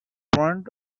front